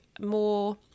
more